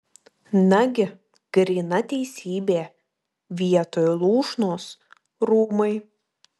nagi gryna teisybė vietoj lūšnos rūmai